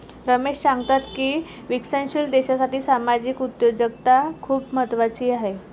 रमेश सांगतात की विकसनशील देशासाठी सामाजिक उद्योजकता खूप महत्त्वाची आहे